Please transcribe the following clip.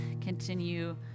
continue